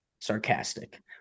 sarcastic